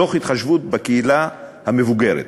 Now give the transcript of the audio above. תוך התחשבות בקהילה המבוגרת.